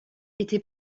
était